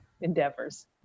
endeavors